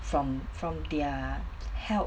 from from their help